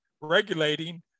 regulating